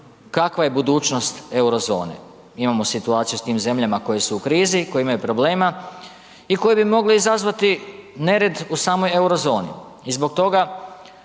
kakva je budućnost euro zone. Imamo situaciju s tim zemljama koje su u krizu, koje imaju problema i koje bi mogle izazvati nered u samoj euro zoni. I zbog toga